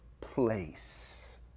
place